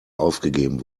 aufgegeben